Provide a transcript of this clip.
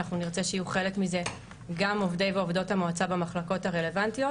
אנחנו נרצה שיהיו חלק מזה גם עובדי ועובדות המועצה במחלקות הרלוונטיות,